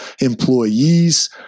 employees